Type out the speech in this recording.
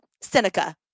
Seneca